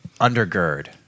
undergird